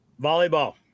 Volleyball